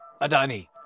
Adani